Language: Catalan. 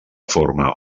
forma